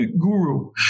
guru